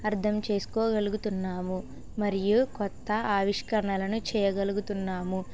అర్థం చేసుకోగలుగుతున్నాము మరియు కొత్త ఆవిష్కరణలను చేయగలుగుతున్నాము